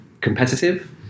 competitive